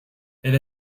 elle